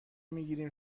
میگیریم